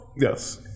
Yes